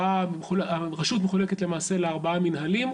הרשות מחולקת למעשה לארבעה מנהלים,